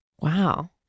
Wow